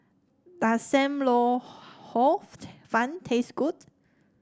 does Sam Lau Hor Fun taste good